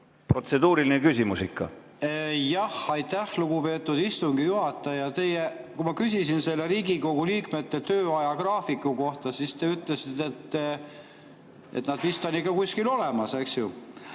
protseduuriline küsimus ikka! Aitäh, lugupeetud istungi juhataja! Kui ma küsisin selle Riigikogu liikmete töö ajagraafiku kohta, siis te ütlesite, et nad vist on ikka kuskil olemas, eks ju.